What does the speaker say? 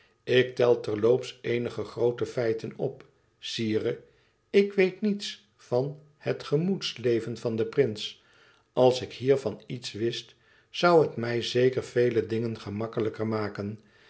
ik tel terloops eenige groote feiten op sire ik weet niets van het gemoedsleven van den prins als ik hiervan iets wist zoû het mij zeker vele dingen gemakkelijker maken